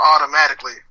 automatically